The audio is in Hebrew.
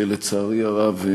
כשלצערי הרב,